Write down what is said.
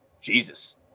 Jesus